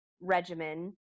regimen